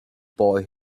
boy